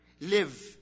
live